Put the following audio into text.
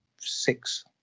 six